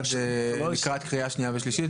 אנחנו נעשה יחד לקראת הקריאה השנייה והשלישית.